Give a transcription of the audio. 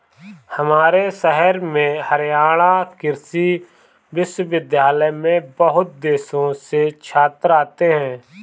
हमारे शहर में हरियाणा कृषि विश्वविद्यालय में बहुत देशों से छात्र आते हैं